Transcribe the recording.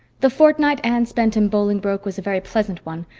the fortnight anne spent in bolingbroke was a very pleasant one,